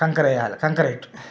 కంకర వేయాలి కాంక్రీట్